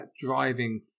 driving